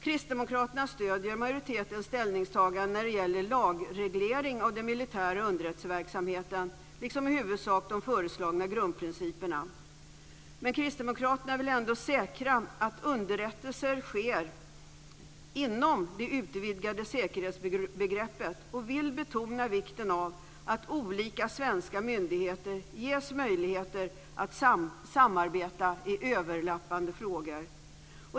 Kristdemokraterna stöder majoritetens ställningstagande när det gäller lagreglering av den militära underrättelseverksamheten, liksom i huvudsak de föreslagna grundprinciperna. Men kristdemokraterna vill ändå säkra att underrättelser sker inom det utvidgade säkerhetsbegreppet och vill betona vikten av att olika svenska myndigheter ges möjligheter att samarbeta i överlappande frågor.